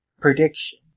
prediction